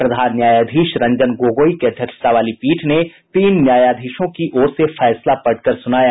प्रधान न्यायाधीश रंजन गोगोई की अध्यक्षता वाली पीठ ने तीन न्यायाधीशों की ओर से फैसला पढ़कर सुनाया